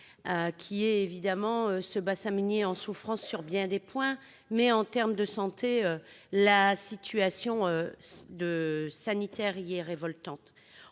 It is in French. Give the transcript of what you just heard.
que nous appelons le bassin minier est en souffrance sur bien des points. En termes de santé, la situation sanitaire y est révoltante.